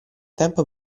tempo